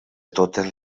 totes